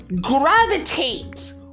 gravitate